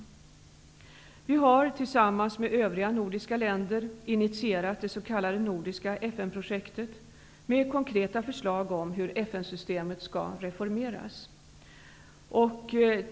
Sverige har tillsammans med övriga nordiska länder initierat det s.k. nordiska FN-projektet med konkreta förslag om hur FN-systemet skall reformeras.